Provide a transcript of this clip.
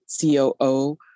COO